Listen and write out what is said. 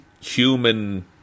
human